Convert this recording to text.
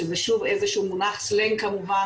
שזה שוב איזה שהוא מונח סלנג כמובן,